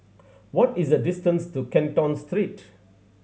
what is the distance to Canton Street